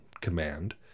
command